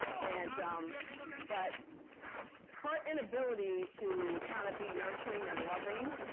and but her inability to kind of be nurturing and loving,